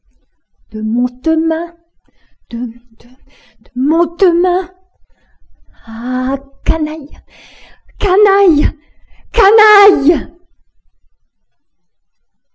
ah canaille canaille canaille